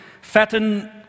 fatten